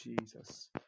Jesus